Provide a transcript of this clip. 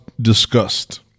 discussed